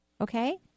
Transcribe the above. Okay